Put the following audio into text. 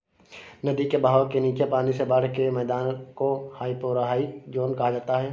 नदी के बहाव के नीचे पानी से बाढ़ के मैदान को हाइपोरहाइक ज़ोन कहा जाता है